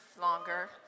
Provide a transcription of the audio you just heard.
longer